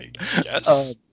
Yes